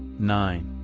nine.